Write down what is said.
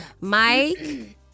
Mike